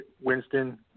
Winston